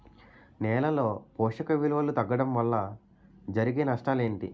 నేలలో పోషక విలువలు తగ్గడం వల్ల జరిగే నష్టాలేంటి?